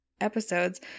episodes